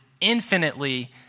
infinitely